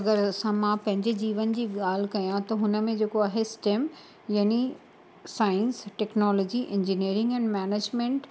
अगरि असां मां पंहिंजे जीवन जी ॻाल्हि कयां त हुन में जेको आहे स्टेम यानि science technology engineering and management